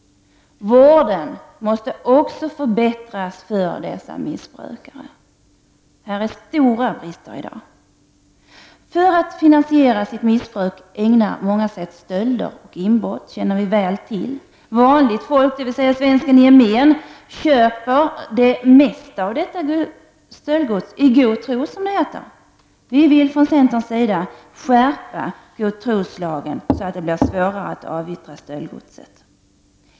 Vården måste också förbättras för missbruksgrupperna. Här är en stor brist, anser jag. För att finansiera sitt missbruk ägnar sig många åt stölder och inbrott, det känner vi väl till. Vanligt folk, dvs. svensken i gemen, köper det mesta av detta stöldgods i god tro, som det heter. Vi vill från centerns sida skärpa godtroslagen, så att det blir svårare att avyttra stöldgodset.